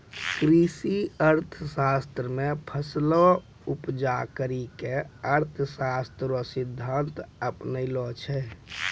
कृषि अर्थशास्त्र मे फसलो उपजा करी के अर्थशास्त्र रो सिद्धान्त अपनैलो छै